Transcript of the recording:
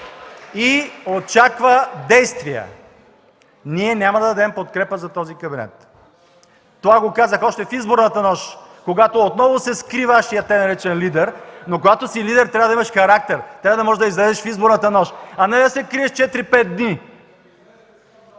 И очаква действия. Ние няма да дадем подкрепа за този кабинет. Това го казах още в изборната нощ, когато отново се скри Вашият така наречен лидер. Но когато си лидер, трябва да имаш характер, трябва да можеш да излезеш в изборната нощ, а не да се криеш 4-5 дни